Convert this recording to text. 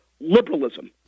liberalism